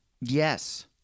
Yes